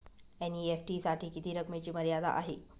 NEFT साठी किती रकमेची मर्यादा आहे?